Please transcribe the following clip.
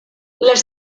les